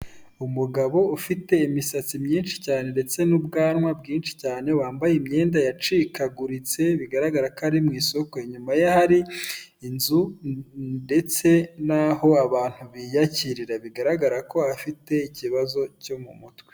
Umugabo ufite imisatsi myinshi cyane ndetse n'ubwanwa bwinshi cyane, wambaye imyenda yacikaguritse, bigaragara ko ari mu isoko, inyuma ye hari inzu ndetse n'aho abantu biyakirira, bigaragara ko afite ikibazo cyo mu mutwe.